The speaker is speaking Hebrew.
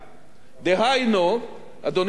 דהיינו, אדוני היושב-ראש,